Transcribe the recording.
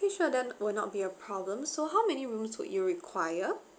~kay sure that will not be a problem so how many rooms would you require